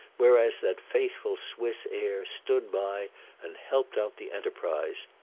whereas that faithful swiss air stood by and helped out the enterprise.